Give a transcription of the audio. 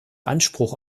anspruch